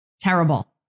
Terrible